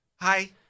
Hi